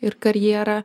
ir karjerą